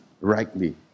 rightly